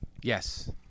Yes